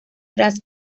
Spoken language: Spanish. tras